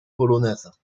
polonaise